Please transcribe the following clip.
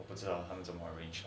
我不知道他们怎么